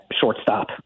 shortstop